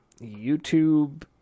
YouTube